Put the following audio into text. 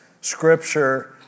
scripture